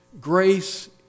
Grace